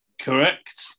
Correct